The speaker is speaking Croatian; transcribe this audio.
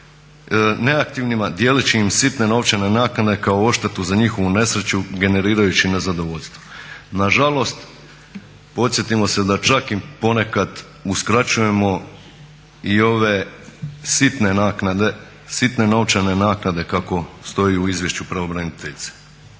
neaktivnima dijeleći im sitne novčane naknade kao odštetu za njihovu nesreću generirajući nezadovoljstvo. Nažalost, podsjetimo se da čak im ponekad uskraćujemo i ove sitne naknade, sitne novčane naknade kako stoji u izvješću pravobraniteljice.